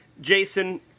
Jason